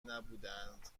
نبودهاند